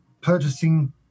purchasing